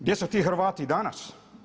Gdje su ti Hrvati danas?